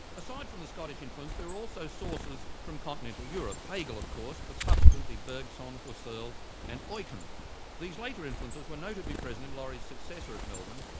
aside from the scottish influence, there are also sources from continental europe, hegel, of course, but subsequently bergson, husserl and ah eucken. these later influences were notably present in laurie's successor at melbourne,